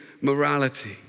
morality